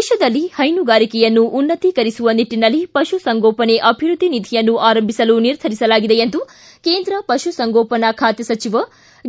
ದೇಶದಲ್ಲಿ ಹೈನುಗಾರಿಕೆಯನ್ನು ಉನ್ನತ್ತೀಕರಿಸುವ ನಿಟ್ಟಿನಲ್ಲಿ ಪಶುಸಂಗೋಪನೆ ಅಭಿವೃದ್ದಿ ನಿಧಿಯನ್ನು ಆರಂಭಿಸಲು ನಿರ್ಧರಿಸಲಾಗಿದೆ ಎಂದು ಕೇಂದ್ರ ಪಶುಸಂಗೋಪನೆ ಖಾತೆ ಸಚಿವ